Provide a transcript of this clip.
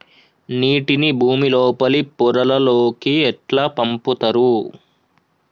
నీటిని భుమి లోపలి పొరలలోకి ఎట్లా పంపుతరు?